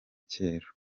cyera